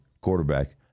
quarterback